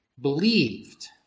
believed